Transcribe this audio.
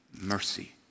mercy